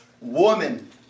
woman